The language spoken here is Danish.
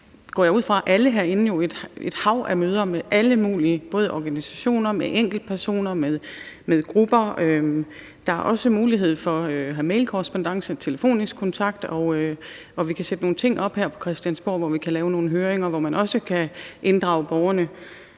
jeg ud fra, at alle herinde jo har et hav af møder med alle mulige organisationer, enkeltpersoner, grupper. Der er også mulighed for at have en mailkorrespondance og telefonisk kontakt. Og vi kan sætte nogle ting op her på Christiansborg, altså lave nogle høringer, hvor man også kan inddrage borgerne.